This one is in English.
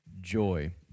Joy